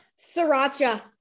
Sriracha